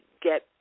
get